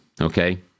okay